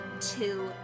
two